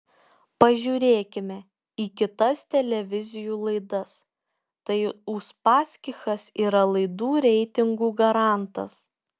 pažiūrėkime į kitas televizijų laidas tai uspaskichas yra laidų reitingų garantas